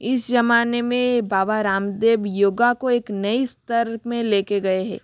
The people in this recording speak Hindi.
इस जमाने में बाबा रामदेव योगा को एक नई स्तर में लेके गए है